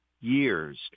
years